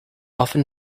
often